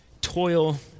toil